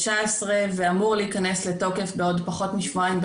ואמור להיכנס לתוקף בעוד פחות משבועיים,